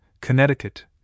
Connecticut